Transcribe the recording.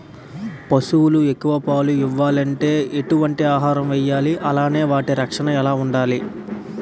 పశువులు ఎక్కువ పాలు ఇవ్వాలంటే ఎటు వంటి ఆహారం వేయాలి అలానే వాటి రక్షణ ఎలా వుండాలి?